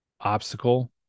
obstacle